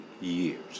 years